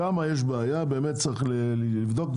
שם יש בעיה ובאמת צריך לבדוק.